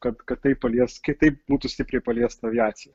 kad kad tai palies kitaip būtų stipriai paliesta aviacija